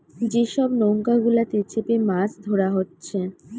যে সব নৌকা গুলাতে চেপে মাছ ধোরা হচ্ছে